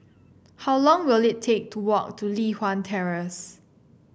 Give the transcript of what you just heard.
how long will it take to walk to Li Hwan Terrace